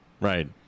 Right